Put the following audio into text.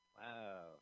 Wow